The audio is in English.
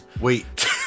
Wait